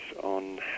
on